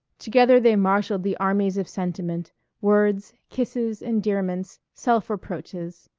together they marshalled the armies of sentiment words, kisses, endearments, self-reproaches.